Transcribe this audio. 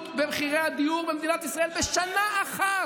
במחירי הדיור במדינת ישראל בשנה אחת.